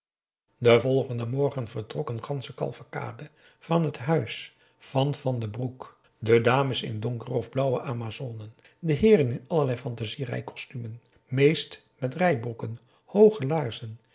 den volgenden morgen vertrok een gansche cavalcade van het huis van van den broek de dames in donkere of blauwe amazonen de heeren in allerlei fantasie rijkostumen meest met rijbroeken hooge laarzen